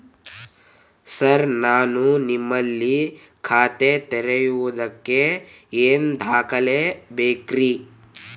Sir ನಾನು ನಿಮ್ಮಲ್ಲಿ ಖಾತೆ ತೆರೆಯುವುದಕ್ಕೆ ಏನ್ ದಾಖಲೆ ಬೇಕ್ರಿ?